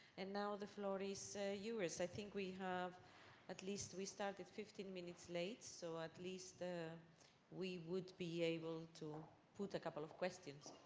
and now the floor is so yours. i think we have at least we started fifteen minutes late. so at least we would be able to put a couple of questions.